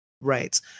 Right